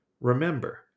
Remember